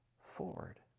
forward